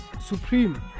supreme